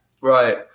Right